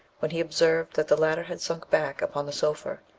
when he observed that the latter had sunk back upon the sofa,